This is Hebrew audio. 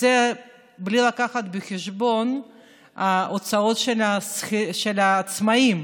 וזה בלי להביא בחשבון את ההוצאות של העצמאים,